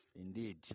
Indeed